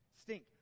Stink